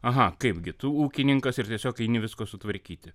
aha kaipgi tu ūkininkas ir tiesiog eini visko sutvarkyti